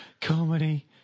comedy